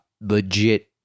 legit-